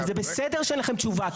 וזה בסדר שאין לכם תשובה.